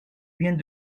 biens